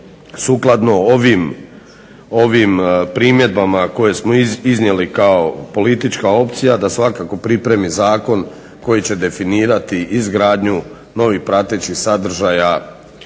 sukladno ovim primjedbama koje smo iznijeli kao politička opcija da svakako pripremi zakon koji će definirati izgradnju novih pratećih sadržaja